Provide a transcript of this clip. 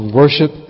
worship